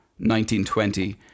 1920